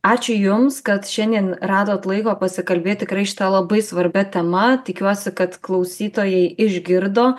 ačiū jums kad šiandien radot laiko pasikalbėt tikrai šitą labai svarbia tema tikiuosi kad klausytojai išgirdo